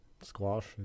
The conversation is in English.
squash